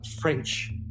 French